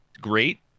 great